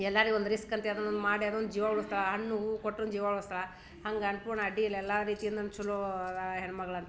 ಎಲ್ಲಾರಿಗೆ ಒಂದು ರಿಸ್ಕ್ ಅಂತೆ ಅದನ್ನು ಒಂದು ಮಾಡಿ ಅದನ್ನು ಒಂದು ಜೀವ ಉಳ್ಸ್ತಾಳೆ ಹಣ್ಣು ಹೂ ಕೊಟ್ಟು ಜೀವ ಉಳ್ಸ್ತಾಳೆ ಹಂಗೆ ಅನ್ಪೂರ್ಣ ಅಡ್ಡಿಯಿಲ್ಲ ಎಲ್ಲ ರೀತಿನಲ್ಲಿ ಚಲೋ ಹೆಣ್ಮಗಳು ಅಂತಾರೆ